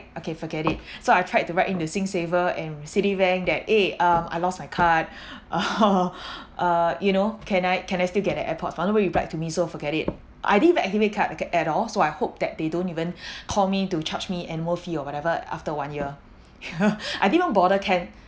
okay forget it so I tried to write in to SingSaver and Citibank that eh um I lost my card uh you know can I can I still get the airpods but replied to me so forget it I didn't card at all so I hope that they don't even call me to charge me annual fee or whatever after one year I didn't even bother can~